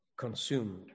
consumed